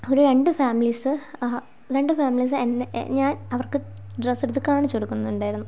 ഒരു രണ്ട് ഫാമിലീസ് ആഹ് രണ്ട് ഫാമിലീസ് എന്നെ ഞാൻ അവർക്ക് ഡ്രെസ്സെടുത്ത് കാണിച്ചു കൊടുക്കുന്നുണ്ടായിരുന്നു